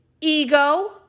ego